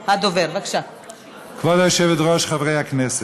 כבוד היושבת-ראש, חברי הכנסת,